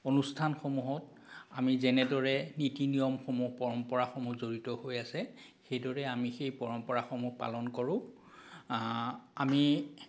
অনুষ্ঠানসমূহত আমি যেনেদৰে নীতি নিয়মসমূহ পৰম্পৰাসমূহ জড়িত হৈ আছে সেইদৰেই আমি সেই পৰম্পৰাসমূহ পালন কৰোঁ আমি